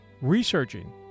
researching